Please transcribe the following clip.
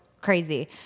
crazy